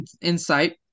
insight